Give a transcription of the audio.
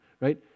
Right